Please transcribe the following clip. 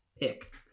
pick